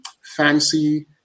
fancy